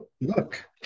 Look